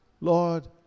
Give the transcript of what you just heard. Lord